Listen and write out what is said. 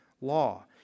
law